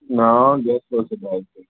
हंँ तऽ जाइ छै